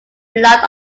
blood